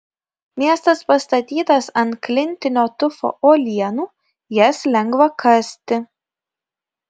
miestas pastatytas ant klintinio tufo uolienų jas lengva kasti